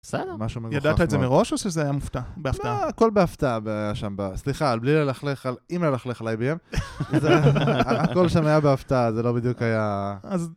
סלם, ידעת את זה מראש או שזה היה מופתע, בהפתעה? הכל בהפתעה שם, סליחה, בלי ללכלך, עם ללכלך על IBM, הכל שם היה בהפתעה, זה לא בדיוק היה.